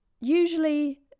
Usually